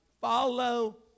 follow